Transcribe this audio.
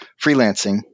freelancing